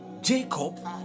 Jacob